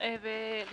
אבל